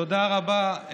תודה רבה.